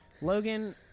Logan